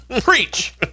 Preach